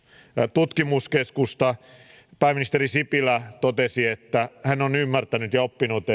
tutkimuskeskus pääministeri sipilä totesi että hän on ymmärtänyt ja oppinut